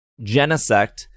Genesect